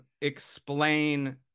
explain